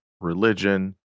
religion